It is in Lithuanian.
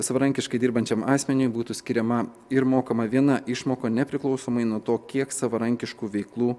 savarankiškai dirbančiam asmeniui būtų skiriama ir mokama viena išmoka nepriklausomai nuo to kiek savarankiškų veiklų